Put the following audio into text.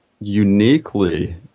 uniquely